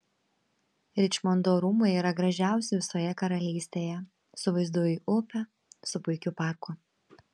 ričmondo rūmai yra gražiausi visoje karalystėje su vaizdu į upę su puikiu parku